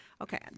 Okay